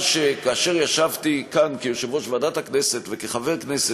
כאשר ישבתי כאן כיושב-ראש ועדת הכנסת וכחבר כנסת,